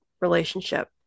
relationship